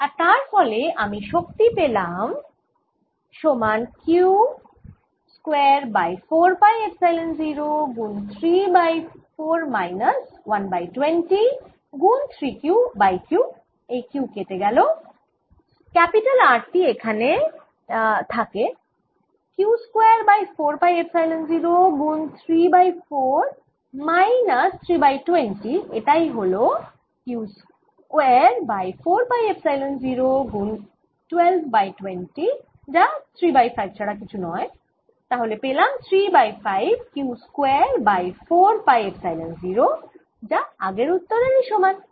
আর তার ফলে আমি পেলাম শক্তি সমান Q square by 4 pi epsilon 0 গুন 3 বাই 4 মাইনাস 1 বাই 20 গুন 3 Q বাই Q এই Q কেটে যায় R টি থাকে এখানে Q square by 4 pi epsilon 0 গুন 3 বাই 4 মাইনাস 3 বাই 20 তাই এটা হল Q square by 4 pi epsilon 0 গুন 12 বাই 20 যা 3 বাই 5 ছাড়া কিছু নয় তাহলে পেলাম 3 by 5 Q square by 4 pi epsilon 0 যা আগের উত্তরের সমান